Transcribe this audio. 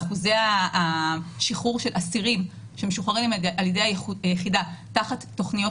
אחוזי השחרור של אסירים שמשוחררים על-ידי היחידה תחת תוכניות